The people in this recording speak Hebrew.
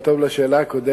זה גם טוב לשאלה הקודמת,